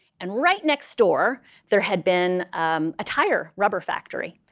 and right next door there had been a tire rubber factory.